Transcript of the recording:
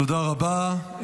תודה רבה.